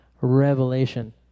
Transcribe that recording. revelation